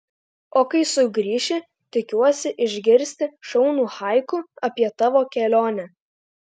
o kai sugrįši tikiuosi išgirsti šaunų haiku apie tavo kelionę